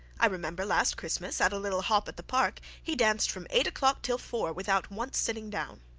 i remember last christmas at a little hop at the park, he danced from eight o'clock till four, without once sitting down.